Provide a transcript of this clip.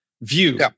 view